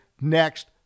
next